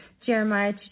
Jeremiah